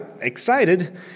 excited